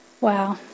Wow